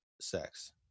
sex